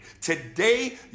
Today